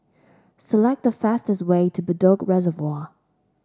select the fastest way to Bedok Reservoir